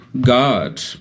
God